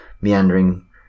meandering